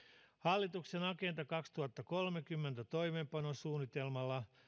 hallituksen agenda kaksituhattakolmekymmentä toimeenpanosuunnitelmalla